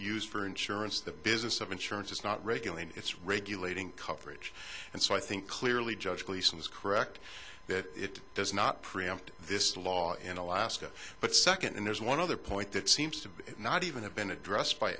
used for insurance the business of insurance is not regulated it's regulating coverage and so i think clearly judge lisa is correct that it does not preempt this law in alaska but second and there's one other point that seems to not even have been addressed by